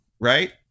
right